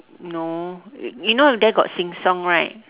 no you you know there got sheng-siong right